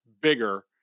bigger